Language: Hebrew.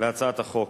להצעת החוק.